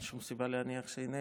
אין שום סיבה להניח שאינני.